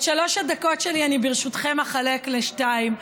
את שלוש הדקות שלי אני ברשותכם אחלק לשתיים.